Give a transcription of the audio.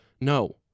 No